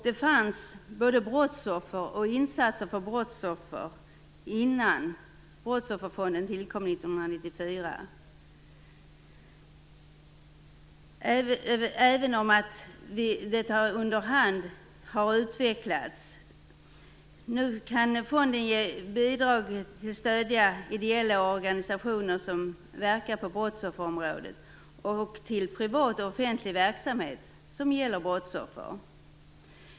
Det fanns både brottsoffer och insatser för brottsoffer innan Brottsofferfonden tillkom 1994. Nu kan fonden ge bidrag till stöd för ideella organisationer som verkar på brottsofferområdet och till privat och offentlig verksamhet som gäller brottsoffer.